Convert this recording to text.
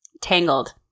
Tangled